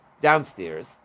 downstairs